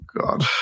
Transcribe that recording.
God